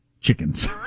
chickens